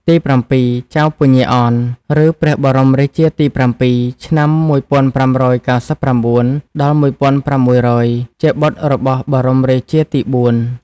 ទីប្រាំពីរ ចៅពញាអន ឬព្រះបរមរាជាទី៧ (ឆ្នាំ ១៥៩៩-១៦០០) ជាបុត្ររបស់បរមរាជាទី៤។